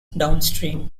downstream